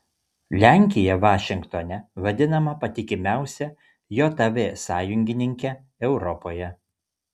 lenkija vašingtone vadinama patikimiausia jav sąjungininke europoje